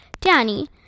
Danny